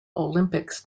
olympics